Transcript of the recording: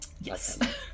yes